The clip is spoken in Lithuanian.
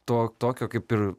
to tokio kaip ir